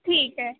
ਠੀਕ ਹੈ